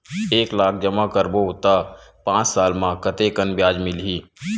एक लाख जमा करबो त पांच साल म कतेकन ब्याज मिलही?